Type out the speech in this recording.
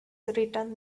written